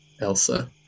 Elsa